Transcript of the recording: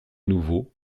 nouveau